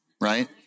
right